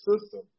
system